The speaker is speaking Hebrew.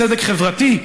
צדק חברתי,